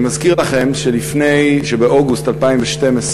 אני מזכיר לכם שבאוגוסט 2012,